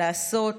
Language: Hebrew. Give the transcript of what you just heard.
לעשות,